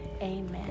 Amen